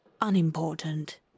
unimportant